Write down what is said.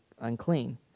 unclean